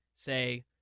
say